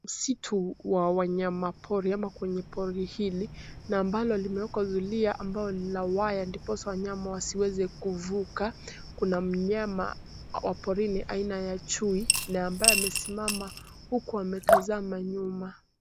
Msitu wa wanyama pori ama kwenye pori hili na ambalo limewekwa zulia la waya ndiposa wanyama wasiweze kuvuka. Kuna mnyama wa porini aina ya chui na ambaye amesimama huku ametazama nyuma.